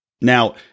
Now